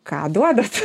ką duodat